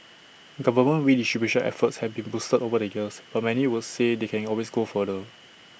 government redistribution efforts have been boosted over the years but many would say they can always go further